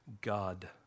God